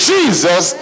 Jesus